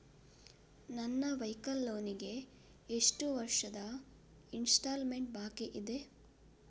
ನನ್ನ vehicle loan ಗೆ ಎಷ್ಟು ವರ್ಷದ ಇನ್ಸ್ಟಾಲ್ಮೆಂಟ್ ಬಾಕಿ ಇದೆ?